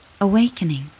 awakening